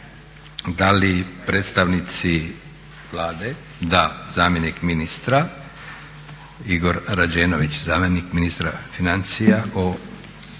Da li predstavnici Vlade, da zamjenik ministra Igor Rađenović, zamjenik ministra financija o